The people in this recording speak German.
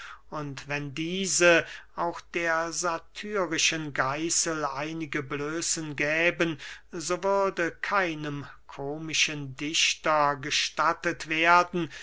und wenn diese auch der satirischen geissel einige blößen gäben so würde keinem komischen dichter gestattet werden